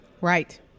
Right